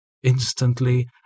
Instantly